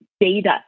data